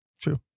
True